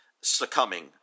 succumbing